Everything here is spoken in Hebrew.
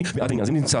אני בעד העניין הזה.